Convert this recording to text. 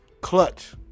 clutch